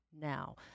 now